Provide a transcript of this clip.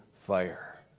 fire